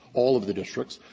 all of the districts,